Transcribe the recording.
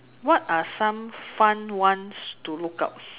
what are some fun ones to look up